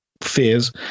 fears